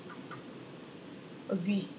agree